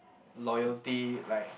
loyalty like